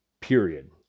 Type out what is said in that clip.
Period